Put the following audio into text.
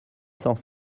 cent